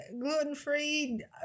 gluten-free